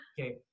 Okay